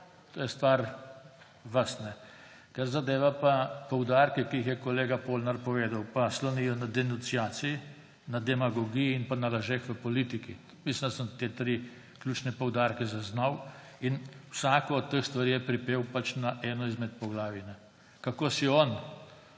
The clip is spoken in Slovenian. To je stvar vas. Kar zadeva pa poudarke, ki jih je kolega Polnar povedal, pa slonijo na denunciaciji, na demagogiji in pa na lažeh v politiki. Mislim, da sem te tri ključne poudarke zaznal; in vsako od teh stvari je pripel pač na eno izmed poglavij. Kako si on